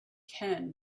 ken